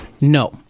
No